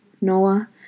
Noah